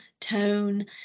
tone